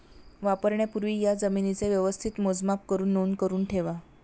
वापरण्यापूर्वी या जमीनेचे व्यवस्थित मोजमाप करुन नोंद करुन ठेवा